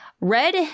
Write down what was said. Red